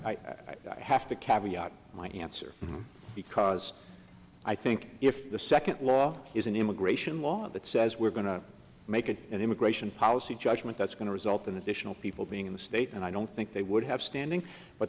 to have to carry out my answer because i think if the second law is an immigration law that says we're going to make it an immigration policy judgment that's going to result in additional people being in the state and i don't think they would have standing but